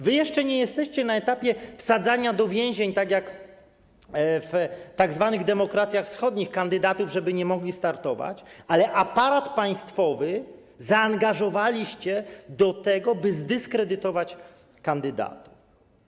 Wy jeszcze nie jesteście na etapie wsadzania do więzień, tak jak w tzw. demokracjach wschodnich, kandydatów, żeby nie mogli startować, ale aparat państwowy zaangażowaliście do tego, by zdyskredytować kandydatów.